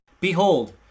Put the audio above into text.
behold